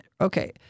Okay